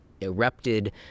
erupted